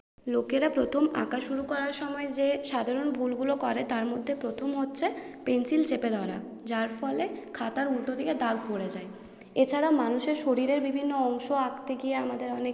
লোকেরা প্রথম আঁকা শুরু করার সময় যে সাধারণ ভুলগুলো করে তারমধ্যে প্রথম হচ্ছে পেন্সিল চেপে ধরা যার ফলে খাতার উল্টো দিকে দাগ পড়ে যায় এছাড়া মানুষের শরীরের বিভিন্ন অংশ আঁকতে গিয়ে আমাদের অনেক